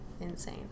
Insane